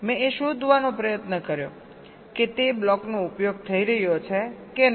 મેં એ શોધવાનો પ્રયત્ન કર્યો કે તે બ્લોકનો ઉપયોગ થઈ રહ્યો છે કે નહીં